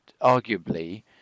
arguably